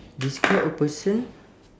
describe a person